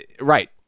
Right